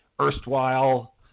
erstwhile